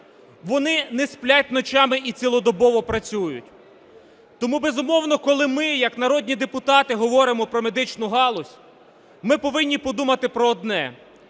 Вони не сплять ночами і цілодобово працюють. Тому, безумовно, коли ми як народні депутати говоримо про медичну галузь, ми повинні подумати про одне,